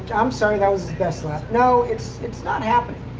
i'm sorry that was his best lap. no, it's it's not happening.